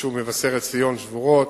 ביישוב מבשרת-ציון שבורות,